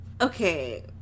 okay